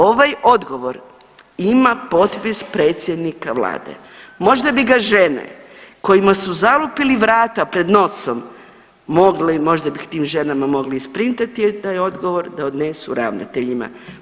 Ovaj odgovor ima potpis predsjednika vlade, možda bi ga žene kojima su zalupili vrata pred nosom mogli, možda bi tim ženama mogli isprintati taj odgovor da odnesu ravnateljima.